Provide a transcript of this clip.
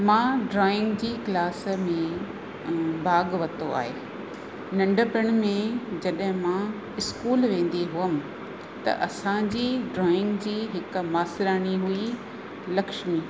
मां ड्रॉइंग जी क्लास बि भाग वतो आहे नंढपण में जॾहिं मां स्कूल वेंदी हुअमि त असांजी ड्रॉइंग जी हिकु मास्टराणी हुई लक्ष्मी